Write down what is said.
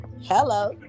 hello